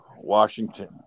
Washington